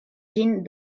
ĝin